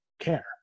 care